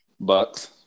Bucks